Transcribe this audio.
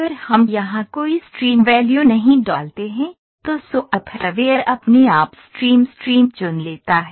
अगर हम यहां कोई स्ट्रीम वैल्यू नहीं डालते हैं तो सॉफ्टवेयर अपने आप स्ट्रीम स्ट्रीम चुन लेता है